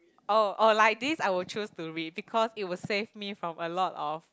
oh oh like this I would choose to read because it would save me from a lot of